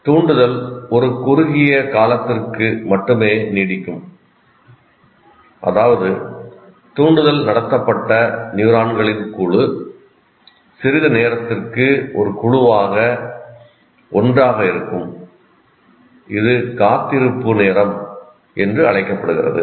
தூண்டுதல் ஒரு குறுகிய காலத்திற்கு மட்டுமே நீடிக்கும் அதாவது தூண்டுதல் நடத்தப்பட்ட நியூரான்களின் குழு சிறிது நேரத்திற்கு ஒரு குழுவாக ஒன்றாக இருக்கும் இது காத்திருப்பு நேரம் என்று அழைக்கப்படுகிறது